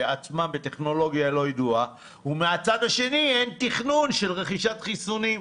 בטכנולוגיה לא ידועה ומהצד השני אין תכנון של רכישת חיסונים.